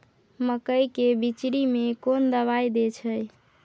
मकई के बिचरी में कोन दवाई दे छै?